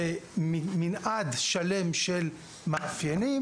במנעד שלם של מאפיינים